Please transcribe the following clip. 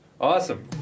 Awesome